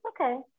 okay